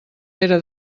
pere